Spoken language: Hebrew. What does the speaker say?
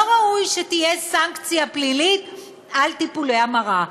לא ראוי שתהיה סנקציה פלילית על טיפולי המרה.